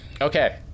Okay